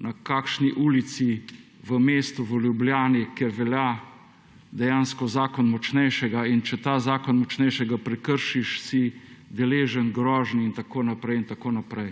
na kakšni ulici v mestu, v Ljubljani, kjer velja dejansko zakon močnejšega in če ta zakon močnejšega prekršiš si deležen groženj in tako naprej in tako naprej.